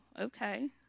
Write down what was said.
okay